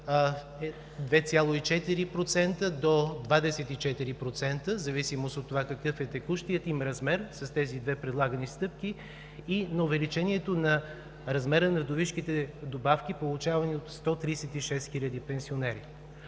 2,4% до 24%, в зависимост от това какъв е текущият им размер, с тези две предлагани стъпки и на увеличението на размера на вдовишките добавки, получавани от 136 хиляди пенсионери,